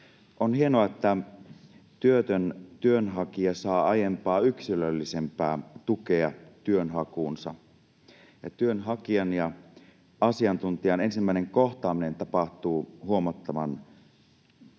On hienoa, että työtön työnhakija saa aiempaa yksilöllisempää tukea työnhakuunsa ja työnhakijan ja asiantuntijan ensimmäinen kohtaaminen tapahtuu nykyistä nopeammin.